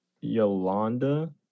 Yolanda